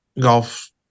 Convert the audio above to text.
golf